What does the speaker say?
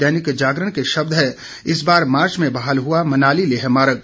दैनिक जागरण के शब्द हैं इस बार मार्च में बहाल हुआ मनाली लेह मार्ग